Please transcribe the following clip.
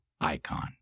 icon